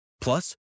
Plus